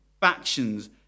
factions